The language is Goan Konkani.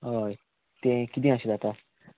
हय तें किदें आशिल्लें आतां